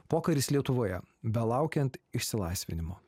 pokaris lietuvoje belaukiant išsilaisvinimo